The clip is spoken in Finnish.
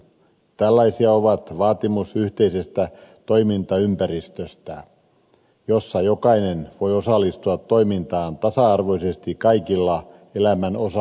tällainen on vaatimus yhteisestä toimintaympäristöstä jossa jokainen voi osallistua toimintaan tasa arvoisesti kaikilla elämän osa alueilla